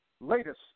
latest